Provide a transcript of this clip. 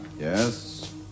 Yes